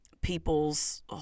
people's